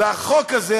והחוק הזה,